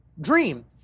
dream